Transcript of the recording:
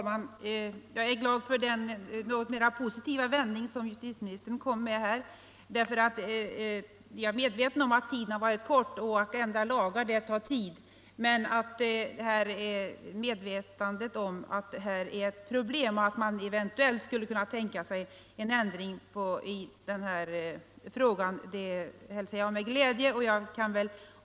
Herr talman! Jag är glad för det något mera positiva synsätt som justitieministern nu gav uttryck för. Tiden har varit kort — jag är medveten om det — och det tar tid att ändra lagen. Men jag menar att man skall vara medveten om att här finns det ett problem, och jag hälsar med glädje att man eventuellt kan tänka sig en skärpning av lagen.